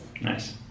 Nice